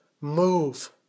move